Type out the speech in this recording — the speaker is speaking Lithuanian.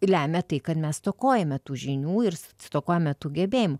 lemia tai kad mes stokojame tų žinių ir stokojame tų gebėjimų